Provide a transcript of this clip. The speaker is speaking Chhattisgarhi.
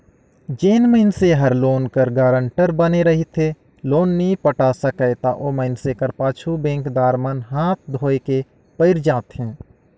जेन मइनसे हर लोन कर गारंटर बने रहथे लोन नी पटा सकय ता ओ मइनसे कर पाछू बेंकदार मन हांथ धोए के पइर जाथें